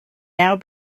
now